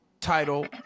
title